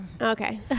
okay